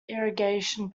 irrigation